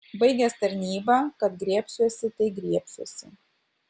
baigęs tarnybą kad griebsiuosi tai griebsiuosi